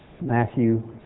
Matthew